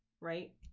right